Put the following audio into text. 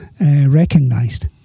recognised